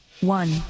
one